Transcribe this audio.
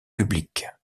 publique